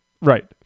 Right